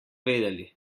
vedeli